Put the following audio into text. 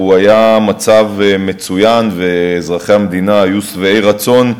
היה מצב מצוין ואזרחי המדינה היו שבעי רצון,